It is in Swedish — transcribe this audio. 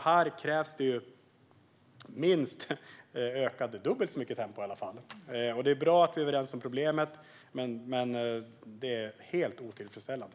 Här krävs det minst dubbelt så mycket tempo. Det är bra att vi är överens om problemet, men detta är helt otillfredsställande.